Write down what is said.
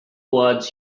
words